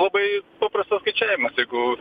labai paprastas skaičiavimas jeigu